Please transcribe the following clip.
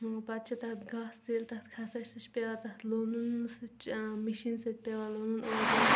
پتہٕ چھِ تتھ گاسہِ تہِ ییٚلہِ تتھ کھسان چھِ سُہ چھُ پیٚوان تتھ لونُن سُہ تہِ چھُ ٲں مشیٖنۍ سۭتۍ پیٚوان لونُن اوٗرٕ یوٗر